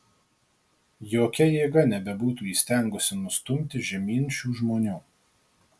jokia jėga nebebūtų įstengusi nustumti žemyn šių žmonių